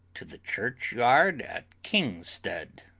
to the churchyard at kingstead.